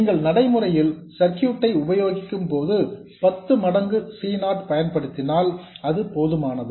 நீங்கள் நடைமுறையில் சர்க்யூட் ஐ உபயோகிக்கும்போது பத்து மடங்கு C நாட் பயன்படுத்தினால் அது போதுமானது